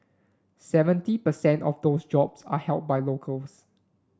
seventy per cent of those jobs are held by locals